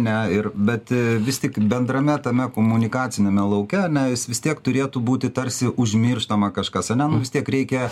ne ir bet vis tik bendrame tame komunikaciniame lauke ar ne jis vis tiek turėtų būti tarsi užmirštama kažkas ar ne vis tiek reikia